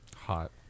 Hot